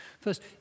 First